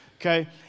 okay